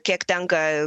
kiek tenka